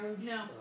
No